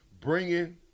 bringing